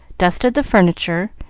dusted the furniture,